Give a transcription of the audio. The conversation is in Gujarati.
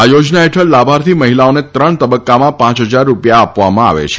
આ યોજના ફેઠળ લાભાર્થી મફિલાઓને ત્રણ તબક્કામાં પાંચ ફજાર રૂપિયા આપવામાં આવે છે